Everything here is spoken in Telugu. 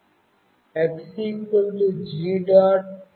ప్రధాన ఫంక్షన్లో while అంటే ఇది పునరావృతమవుతుంది